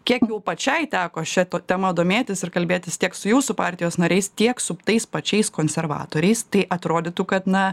kiek jums pačiai teko šia tema domėtis ir kalbėtis tiek su jūsų partijos nariais tiek su tais pačiais konservatoriais tai atrodytų kad na